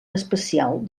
especial